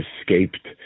escaped